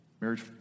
marriage